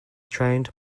trained